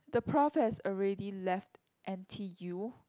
the prof has already left N_t_u